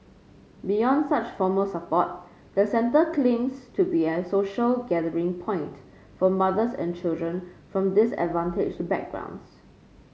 beyond such formal support the centre to be a social gathering point for mothers and children from disadvantaged backgrounds